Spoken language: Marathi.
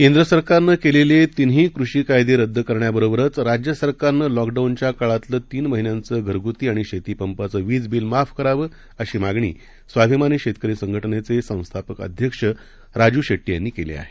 केंद्रसरकारनेकेलेलेतीनहीकृषीकायदेरद्दकरण्याबरोबरच राज्यसरकारनंलॉकडाऊनच्याकाळातलंतीनमहिन्यांचंघरगुतीआणिशेतीपंपाचंवीजबिलमाफकरावं अशीमागणीस्वाभिमानीशेतकरीसंघटनेचेसंस्थापकअध्यक्षराजूशेट्टीयांनीकेलीआहे